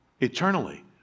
eternally